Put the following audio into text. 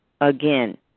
again